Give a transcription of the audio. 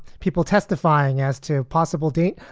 people testifying as to a possible date.